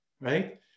right